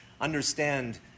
understand